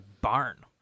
barn